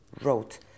wrote